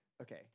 okay